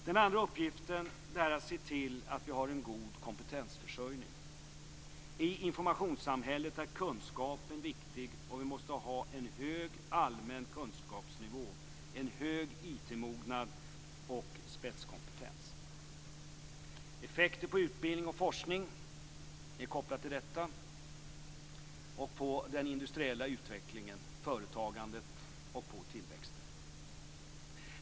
Den andra uppgiften är att se till att vi har en god kompetensförsörjning. I informationssamhället är kunskapen viktig, och vi måste ha en hög allmän kunskapsnivå, en hög IT mognad och spetskompetens. Effekter på utbildning och forskning är kopplade till detta och på den industriella utvecklingen, företagandet och tillväxten.